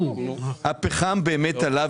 מחיר הפחם באמת עלה,